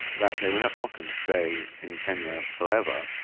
that they were not not going to stay in kenya forever.